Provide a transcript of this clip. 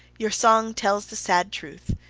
your song tells the sad truth,